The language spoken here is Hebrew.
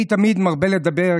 אני תמיד מרבה לדבר,